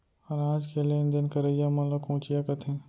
अनाज के लेन देन करइया मन ल कोंचिया कथें